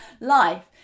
life